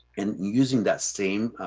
and using that same